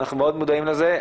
אנחנו מאוד מודעים לזה.